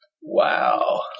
Wow